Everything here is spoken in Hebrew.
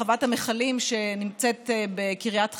חוות המכלים שנמצאת בקריית חיים,